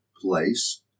place